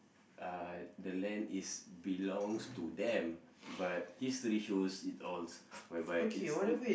uh the land is belongs to them but history shows it all whereby it's